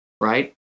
right